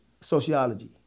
Sociology